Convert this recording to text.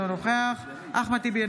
אינו נוכח אחמד טיבי,